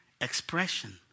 expression